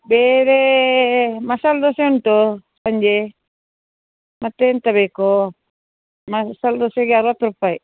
ಬೇರೆ ಮಸಾಲೆ ದೋಸೆ ಉಂಟು ಸಂಜೆ ಮತ್ತು ಎಂತ ಬೇಕು ಮಸಾಲೆ ದೋಸೆಗೆ ಅರ್ವತ್ತು ರೂಪಾಯಿ